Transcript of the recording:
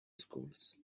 schools